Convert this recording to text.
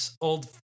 old